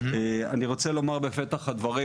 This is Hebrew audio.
אני רוצה לומר בפתח הדברים,